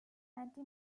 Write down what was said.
anti